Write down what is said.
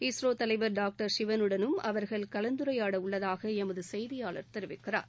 இஸ்ரோ தலைவர் டாக்டர் சிவனுடனும் அவர்கள் கலந்துரையாடவுள்ளதாக எமது செய்தியாளர் தெரிவிக்கிறார்